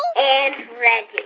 and reggie